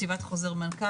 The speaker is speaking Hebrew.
בכתיבת חוזר מנכ"ל.